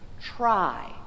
try